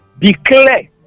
declare